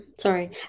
sorry